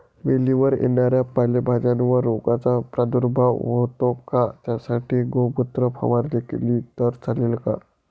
वेलीवर येणाऱ्या पालेभाज्यांवर रोगाचा प्रादुर्भाव होतो का? त्यासाठी गोमूत्र फवारणी केली तर चालते का?